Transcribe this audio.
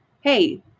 hey